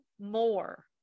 more